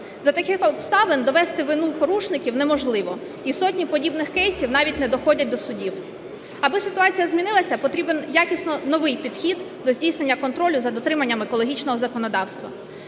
За таких обставин довести вину порушників неможливо, і сотні подібних кейсів навіть не доходять до судів. Аби ситуація змінилася, потрібен якісно новий підхід до здійснення контролю за дотриманням екологічного законодавства.